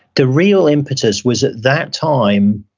the real impetus was at that time,